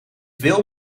wil